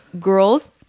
girls